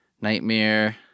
Nightmare